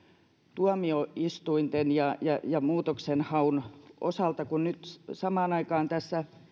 tuomioistuinten ja ja muutoksenhaun osalta kun nyt samaan aikaan tässä